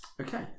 Okay